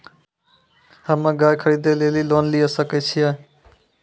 हम्मे गाय खरीदे लेली लोन लिये सकय छियै?